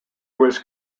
was